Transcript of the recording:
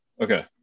Okay